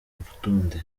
rutonde